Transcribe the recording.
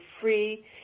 free